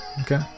okay